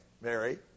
Mary